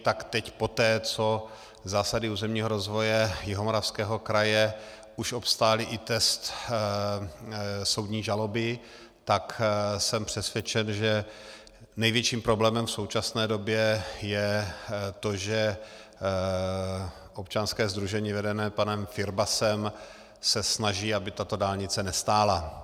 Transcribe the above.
Tak teď poté, co zásady územního rozvoje Jihomoravského kraje už obstály i test soudní žaloby, tak jsem přesvědčen, že největším problémem v současné době je to, že občanské sdružení vedené panem Firbasem se snaží, aby tato dálnice nestála.